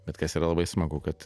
bet kas yra labai smagu kad